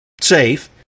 safe